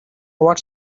what